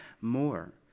more